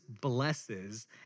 blesses